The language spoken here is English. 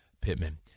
Pittman